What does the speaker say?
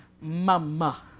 mama